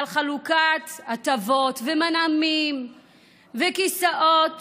על חלוקת הטבות ומנעמים וכיסאות